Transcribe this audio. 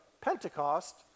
Pentecost